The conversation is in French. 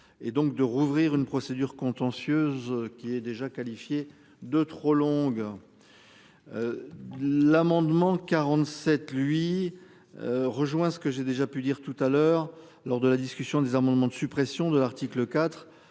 et donc de rouvrir une procédure contentieuse, qui est déjà qualifiée de trop longues. L'amendement 47 lui. Rejoint ce que j'ai déjà pu dire tout à l'heure lors de la discussion des amendements de suppression de l'article IV.